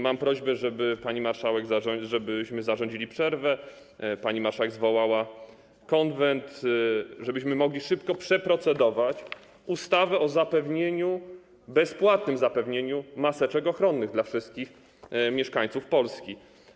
Mam prośbę, żeby pani marszałek, żebyśmy zarządzili przerwę, żeby pani marszałek zwołała Konwent, żebyśmy mogli szybko przeprocedować ustawę o bezpłatnym zapewnieniu maseczek ochronnych dla wszystkich mieszkańców Polski.